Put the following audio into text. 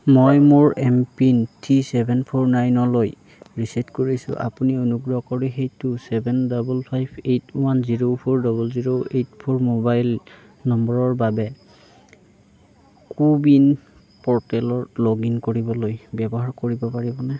মই মোৰ MPIN three seven four nine লৈ ৰিছেট কৰিছো আপুনি অনুগ্ৰহ কৰি সেইটো seven double five eight one zero four double zero eight four mobile নম্বৰৰ বাবে কো ৱিন প'ৰ্টেলত লগ ইন কৰিবলৈ ব্যৱহাৰ কৰিব পাৰিবনে